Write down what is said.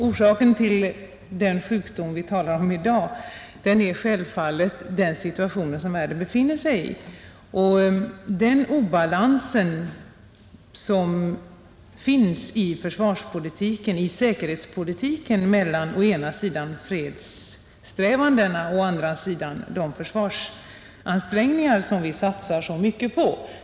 Orsaken till den sjukdom vi talar om i dag är självfallet den våldssituation som världen befinner sig i och obalansen i säkerhetspolitiken, mellan å ena sidan fredssträvandena och å andra sidan de traditionella försvarsansträngningar och upprustningar som vi satsar så mycket på.